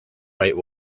right